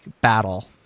battle